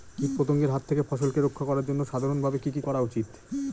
কীটপতঙ্গের হাত থেকে ফসলকে রক্ষা করার জন্য সাধারণভাবে কি কি করা উচিৎ?